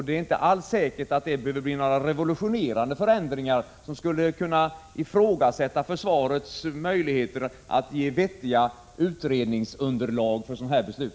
Det är inte alls säkert att det blir några revolutionerande förändringar, som skulle kunna ifrågasätta försvarets möjligheter att ge vettiga utredningsunderlag för sådana här beslut.